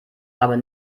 aber